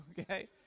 Okay